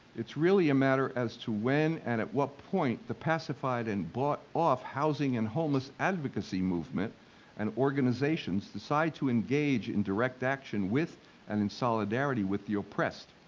it's really a matter as to when and at what point the pacified and bought off housing and homeless advocacy movement and organizations decide to engage in direct action with and in solidarity with the oppressed,